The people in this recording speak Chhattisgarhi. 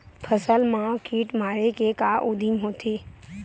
फसल मा कीट मारे के का उदिम होथे?